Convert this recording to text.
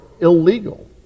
illegal